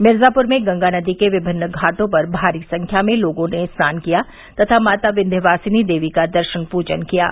मिर्जापुर में गंगा नदी के विभिन्न घाटों पर भारी संख्या में लोगों ने स्नान किया तथा माता विन्ध्यवासिनी देवी के दर्शन पूजन किये